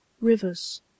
rivers